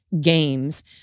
games